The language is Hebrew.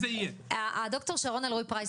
ד"ר שרון אלרעי-פרייס,